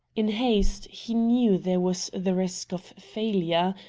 in haste he knew there was the risk of failure,